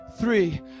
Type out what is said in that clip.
three